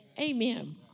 Amen